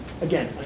Again